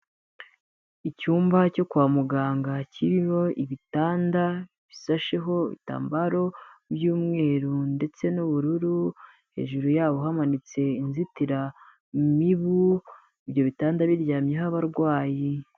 Icyumba cyo kwa muganga, kirimo ibitanda bisasheho ibitambaro by'umweru ndetse n'ubururu, hejuru yabo hamanitse inzitiramibu, ibyo bitanda biryamyeho abarwayi.